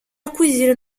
acquisire